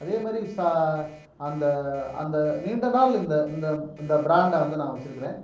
அதே மாதிரி சா அந்த அந்த நீண்ட நாள் இந்த இந்த இந்த ப்ராண்டை வந்து நான் வச்சிருக்கிறேன்